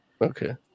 Okay